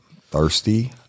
Thirsty